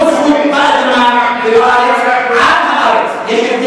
לא זכות באדמה ובארץ, על הארץ.